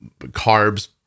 carbs